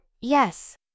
yes